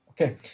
Okay